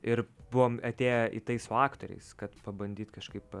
ir buvom atėję į tais su aktoriais kad pabandyt kažkaip